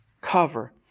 cover